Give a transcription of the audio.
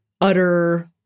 utter